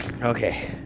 okay